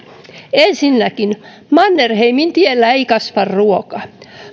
ensinnäkään mannerheimintiellä ei kasva ruoka